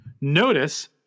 notice